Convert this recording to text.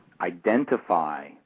identify